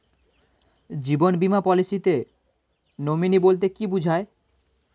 জীবন বীমা পলিসিতে নমিনি বলতে কি বুঝায়?